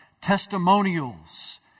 testimonials